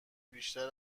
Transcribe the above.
بیشتر